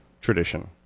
tradition